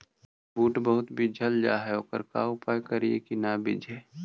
बुट बहुत बिजझ जा हे ओकर का उपाय करियै कि न बिजझे?